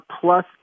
plus